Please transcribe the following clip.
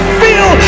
feel